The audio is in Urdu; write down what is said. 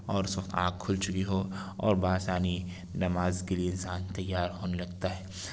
اور اس وقت آنکھ کھل چکی ہو اور با آسانی نماز کے لیے انسان تیار ہونے لگتا ہے